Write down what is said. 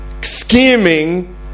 scheming